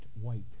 white